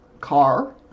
car